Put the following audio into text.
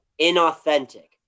inauthentic